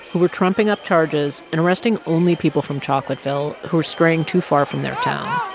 who were trumping up charges and arresting only people from chocolateville who were straying too far from their town